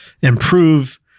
improve